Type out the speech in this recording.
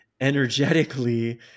energetically